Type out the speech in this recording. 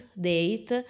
date